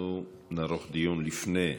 אנחנו נערוך דיון לפני הצבעה.